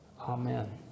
Amen